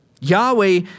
Yahweh